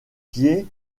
pieds